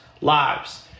lives